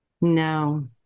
no